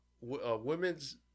women's